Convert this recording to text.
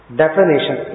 definition